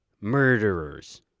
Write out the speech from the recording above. Murderers